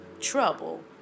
trouble